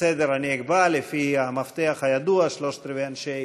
סדר, אני אקבע לפי המפתח הידוע: שלושה-רבעים אנשי